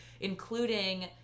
including